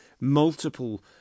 multiple